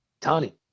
Tony